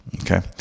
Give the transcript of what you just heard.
okay